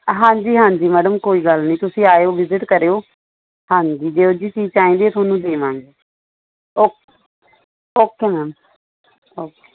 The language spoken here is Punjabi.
ਹਾਂਜੀ ਹਾਂਜੀ ਮੈਡਮ ਕੋਈ ਗੱਲ ਨਹੀਂ ਤੁਸੀਂ ਆਇਓ ਵਿਜ਼ਿਟ ਕਰਿਓ ਹਾਂਜੀ ਜਿਹੋ ਜਿਹੀ ਚੀਜ਼ ਚਾਹੀਦੀ ਤੁਹਾਨੂੰ ਦੇਵਾਂਗੇ ਓਕ ਓਕੇ ਮੈਮ ਓਕੇ